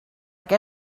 què